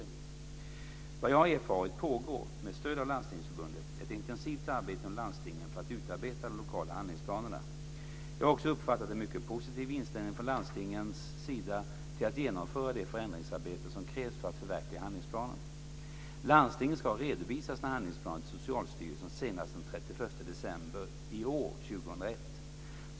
Vad jag har erfarit pågår, med stöd av Landstingsförbundet, ett intensivt arbete inom landstingen med att utarbeta de lokala handlingsplanerna. Jag har också uppfattat en mycket positiv inställning från landstingens sida till att genomföra det förändringsarbete som krävs för att förverkliga handlingsplanen. Landstingen ska redovisa sina handlingsplaner till Socialstyrelsen senast den 31 december i år.